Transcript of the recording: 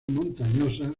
montañosas